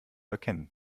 erkennen